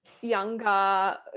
younger